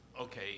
Okay